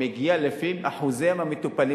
מגיע לפי אחוזי המטופלים